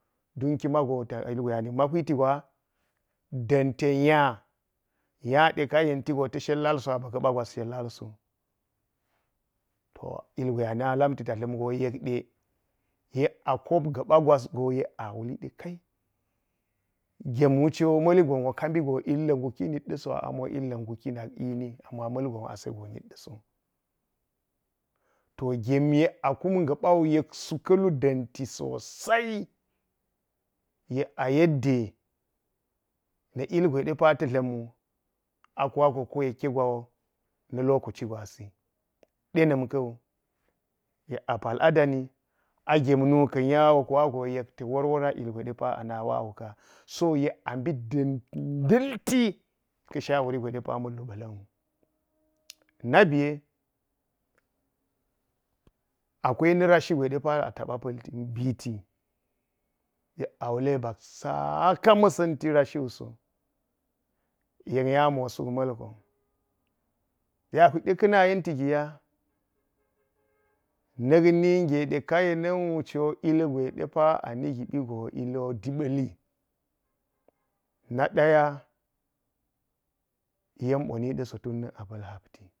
Don kima go ilgwe a nakma hwiti gwa da̱n ten nya – nya de ka̱ yenti go ta shel lal so aba ga̱ɓa gwas shellal so.” Ilgwe ana lam ta yekde yek a kopga̱ɓa gas go yek a wuli de kai gem wuso ma̱li gon wo ka bi ilga̱ nguki nit da am ilga̱ nguki nini, ama ma̱lgon ase go ba̱ na̱t ɗa̱so. To gem yek a kum ga̱ɓawu yek su kalu daam, ti gini sosai yek a yelade na̱ ilgwe ɗe pawo ta̱ dla̱m wu a kuwa go ko yeke gawo na̱ lokaci gwasi ɗe na̱m ka̱wu yek a pal a danni, a gem kuwa go nya yek ta̱ worwora ilgwe ana wa wulaa. So yek a mbi ndalti ka̱ shwari gwe de wawu mbala̱n wu. Na biye akwai na rashigwe ataɓa mbiti yek a wule bapo saka ma̱santi na rashiwu so. Yek nya mo suk ma̱lgon yek a hwitde ka̱ na yenti gi wai nak nige ɗe ka̱ ma yenti gi ya nak nige de gibi wu lli daba̱lli na dayai ilgon ni ɗa so tun na̱k a pa̱l gapti.